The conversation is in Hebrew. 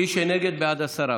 מי שנגד, בעד הסרה.